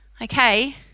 Okay